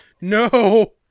No